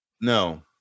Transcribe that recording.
no